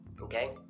Okay